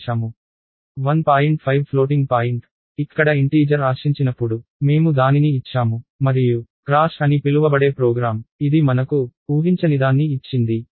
5 floating point ఇక్కడ integer ఆశించినప్పుడు మేము దానిని ఇచ్చాము మరియు క్రాష్ అని పిలువబడే ప్రోగ్రామ్ ఇది మనకు ఊహించనిదాన్ని ఇచ్చింది